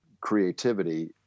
creativity